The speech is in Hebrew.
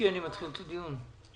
אנחנו עוברים לסעיף הראשון בסדר היום: